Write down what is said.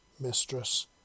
mistress